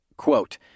Quote